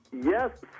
Yes